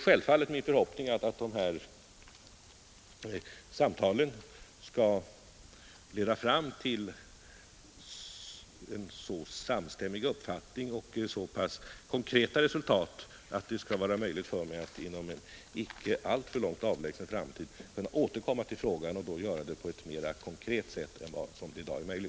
Självfallet är min förhoppning att dessa samtal skall leda fram till en så samstämmig uppfattning och så pass konkreta resultat att det skall vara möjligt för mig att inom en inte alltför avlägsen framtid återkomma till frågan och då göra det på ett mera konkret sätt än i dag.